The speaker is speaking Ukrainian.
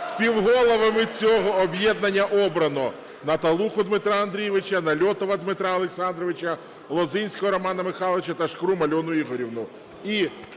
Співголовами цього об'єднання обрано Наталуху Дмитра Андрійовича, Нальотова Дмитра Олександровича, Лозинського Романа Михайловича та Шкрум Альону Ігорівну.